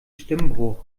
stimmbruch